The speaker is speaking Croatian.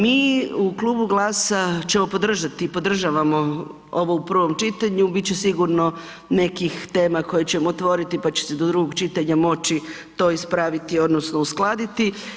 Mi u Klubu GLAS-a ćemo podržati i podržavamo ovo u prvom čitanju, bit će sigurno nekih tema koje ćemo otvoriti, pa će se do drugog čitanja moći to ispraviti odnosno uskladiti.